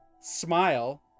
smile